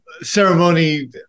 ceremony